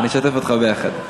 אני אשתף אותך, ביחד.